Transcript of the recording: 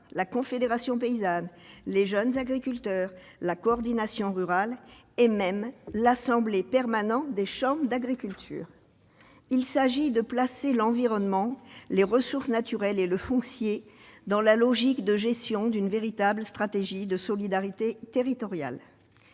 la Confédération paysanne, Jeunes agriculteurs, la Coordination rurale et même l'Assemblée permanente des chambres d'agriculture. Il s'agit d'inscrire l'environnement, les ressources naturelles et le foncier dans une véritable stratégie de solidarité territoriale.